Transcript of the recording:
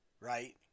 right